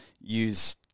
use